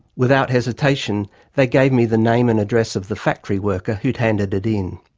without hesitation they gave me the name and address of the factory worker who'd handed it in.